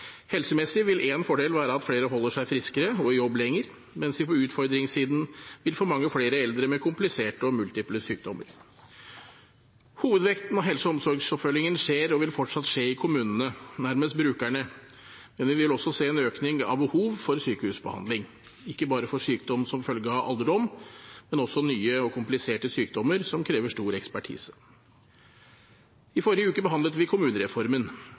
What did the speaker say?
Helsemessig vil en fordel være at flere holder seg friske og jobber lenger, mens vi på utfordringssiden vil få mange flere eldre med kompliserte og multiple sykdommer. Hovedvekten av helse- og omsorgsoppfølgingen skjer og vil fortsatt skje i kommunene, nærmest brukerne, men vi vil også se en økning i behovet for sykehusbehandling – ikke bare for sykdom som følge av alderdom, men også nye og kompliserte sykdommer som krever stor ekspertise. I forrige uke behandlet vi kommunereformen.